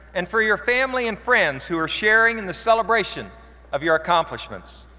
and for your family and friends who are sharing in the celebration of your accomplishments.